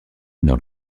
dans